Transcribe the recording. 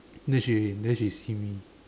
then she then she see me